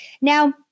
Now